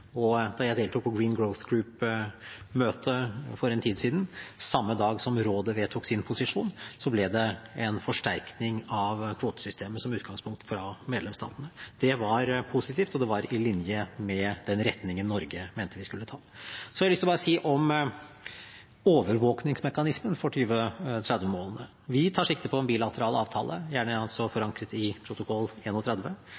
og da jeg deltok på Green Growth Group-møte for en tid siden – samme dag som rådet vedtok sin posisjon – ble det en forsterkning av kvotesystemet som utgangspunkt fra medlemsstatene. Det var positivt, og det var på linje med den retningen Norge mente vi skulle ta. Så til overvåkningsmekanismen for 2030-målene: Vi tar sikte på en bilateral avtale, gjerne